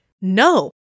no